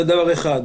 זה דבר אחד.